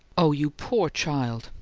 oh, you poor child!